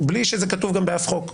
בלי שזה כתוב גם באף חוק,